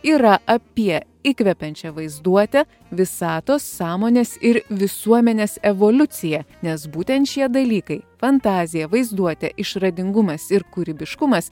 yra apie įkvepiančią vaizduotę visatos sąmonės ir visuomenės evoliucija nes būtent šie dalykai fantazija vaizduotė išradingumas ir kūrybiškumas